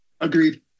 Agreed